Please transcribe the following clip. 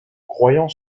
croyant